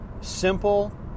simple